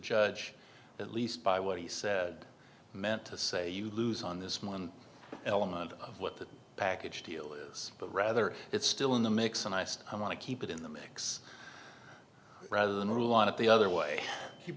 judge at least by what he said meant to say you lose on this money element of what that package deal is but rather it's still in the mix and i asked i want to keep it in the mix rather than rely on it the other way